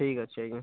ଠିକ୍ ଅଛେ ଆଜ୍ଞା